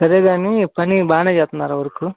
సరే కానీ పని బాగానే చేస్తున్నారా వర్కు